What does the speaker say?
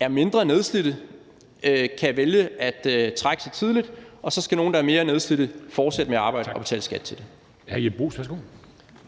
er mindre nedslidte, kan vælge at trække sig tidligt, og så skal nogle, der er mere nedslidte, fortsætte med at arbejde og betale skat til det.